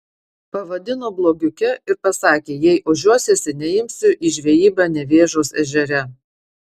pavadino blogiuke ir pasakė jei ožiuosiesi neimsiu į žvejybą nevėžos ežere